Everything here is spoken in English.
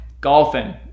golfing